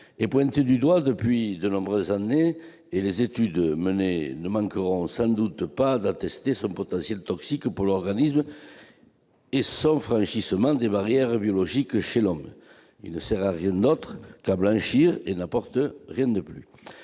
est pointé du doigt depuis de nombreuses années, et les études menées ne manqueront sans doute pas d'attester son potentiel toxique pour l'organisme et son franchissement des barrières biologiques chez l'homme. Le dioxyde de titane ne sert à rien d'autre qu'à blanchir. Il n'apporte rien de plus.